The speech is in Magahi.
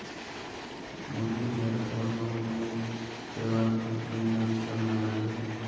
मुरलीधर ओणमेर त्योहार खूब धूमधाम स मनाले